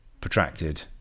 protracted